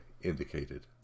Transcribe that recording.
indicated